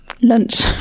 lunch